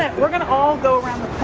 we're gonna all go around